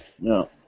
No